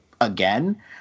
again